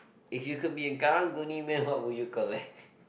if you could be a Karang-Guni man what would you collect